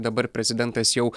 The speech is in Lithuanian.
dabar prezidentas jau